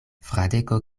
fradeko